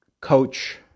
coach